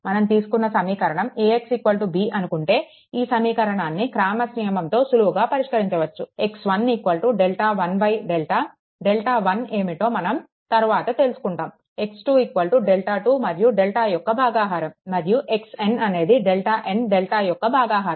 మనం తీసుకున్న సమీకరణం AX B అనుకుంటే ఈ సమీకరణాన్ని క్రామర్స్ నియమం తో సులువుగా పరిష్కరించవచ్చు x1 డెల్టా1 డెల్టా డెల్టా1 అంటే ఏమిటో మనం తరువాత తెలుసుకుంటాము x2 డెల్టా2 మరియు డెల్టా యొక్క భాగాహారం మరియు xn అనేది డెల్టాn డెల్టా యొక్క భాగాహారం